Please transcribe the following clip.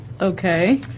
Okay